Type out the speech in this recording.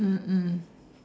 mm mm